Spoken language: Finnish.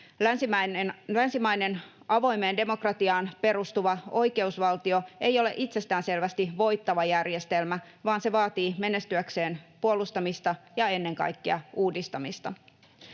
Länsimainen, avoimeen demokratiaan perustuva oikeusvaltio ei ole itsestäänselvästi voittava järjestelmä, vaan menestyäkseen se vaatii puolustamista ja ennen kaikkea uudistamista.